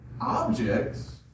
objects